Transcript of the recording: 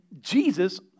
Jesus